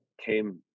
came